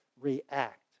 react